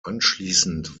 anschließend